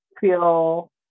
feel